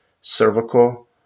cervical